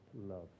love